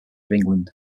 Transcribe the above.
england